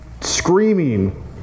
screaming